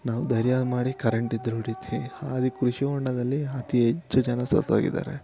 ನಾವು ಧೈರ್ಯ ಮಾಡಿ ಕರೆಂಟ್ ಇದ್ರೂ ಹೊಡಿತೀವಿ ಆದರೆ ಕೃಷಿ ಹೊಂಡದಲ್ಲಿ ಅತಿ ಹೆಚ್ಚು ಜನ ಸತ್ತೋಗಿದ್ದಾರೆ